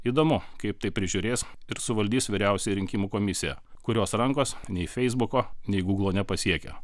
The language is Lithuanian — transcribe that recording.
įdomu kaip tai prižiūrės ir suvaldys vyriausioji rinkimų komisija kurios rankos nei feisbuko nei gūglo nepasiekia